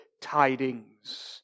tidings